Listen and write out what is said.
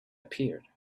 appeared